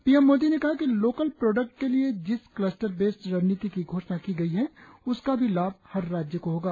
PM Modi ने कहा कि लोकल प्रोडक्ट के लिए जिस क्लस्टर बेस्ड रणनीति की घोषणा की गई है उसका भी लाभ हर राज्य को होगा